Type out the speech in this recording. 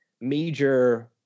major